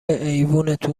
ایوونتون